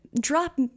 drop